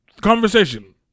conversation